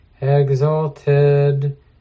exalted